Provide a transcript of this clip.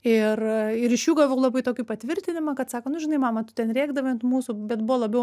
ir ir iš jų gavau labai tokį patvirtinimą kad sako nu žinai mama tu ten rėkdavai ant mūsų bet buvo labiau